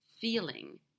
feeling